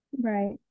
Right